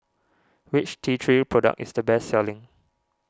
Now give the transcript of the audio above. which T three product is the best selling